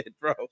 bro